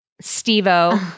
Steve-O